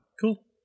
cool